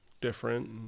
different